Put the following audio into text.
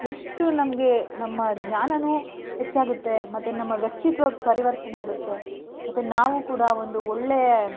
ಎಷ್ಟು ನಮಗೆ ನಮ್ಮ ಜ್ಞಾನವೂ ಹೆಚ್ಚಾಗುತ್ತೆ ಮತ್ತು ನಮ್ಮ ವ್ಯಕ್ತಿತ್ವ ಪರಿವರ್ತನೆ ಆಗುತ್ತೆ ಮತ್ತು ನಾವು ಕೂಡ ಒಂದು ಒಳ್ಳೆಯ